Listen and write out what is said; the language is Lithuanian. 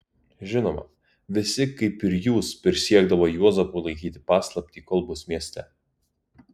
žinoma visi kaip ir jūs prisiekdavo juozapui laikyti paslaptį kol bus mieste